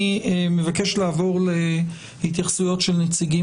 אני מבקש לעבור להתייחסויות של נציגים